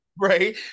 Right